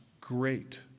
great